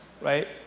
right